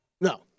No